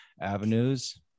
avenues